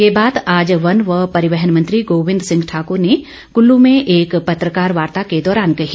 ये बात आज वन व परिवहन मंत्री गोविंद सिंह ठाकर ने कुल्लू में एक पत्रकार वार्ता के दौरान कही